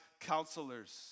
counselors